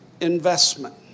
investment